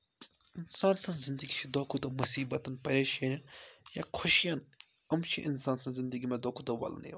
in سٕنٛز زِندگی چھِ دۄہ کھۄتہٕ دۄہ مُصیٖبتَن پریشٲنین یا خُشیَن أمۍ چھِ اِنسان سٕنٛز زندگی منٛز دۄہ کھۄتہٕ دۄہ وَلنہٕ یِوان